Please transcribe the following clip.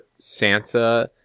Sansa